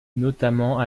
notamment